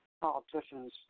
politicians